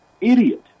idiot